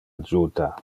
adjuta